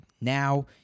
now